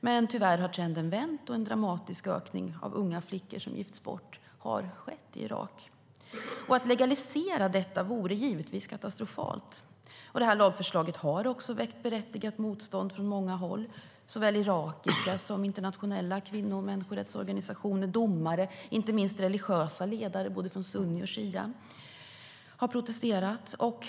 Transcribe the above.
Men tyvärr har trenden vänt, och en dramatisk ökning av unga flickor som gifts bort har skett i Irak. Det vore givetvis katastrofalt att legalisera detta. Lagförslaget har också väckt berättigat motstånd från många håll. Såväl irakiska som internationella kvinnorättsorganisationer och människorättsorganisationer, domare och inte minst religiösa ledare från både sunni och shia har protesterat.